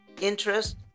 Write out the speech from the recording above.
interest